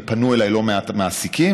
ופנו אליי לא מעט מעסיקים,